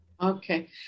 Okay